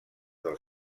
del